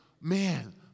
man